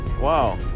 wow